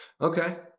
Okay